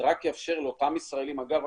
זה רק יאפשר לאותם ישראלים אגב,